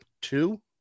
two